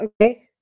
okay